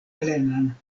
plenan